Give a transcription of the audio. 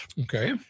Okay